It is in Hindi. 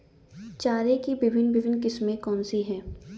चारे की भिन्न भिन्न किस्में कौन सी हैं?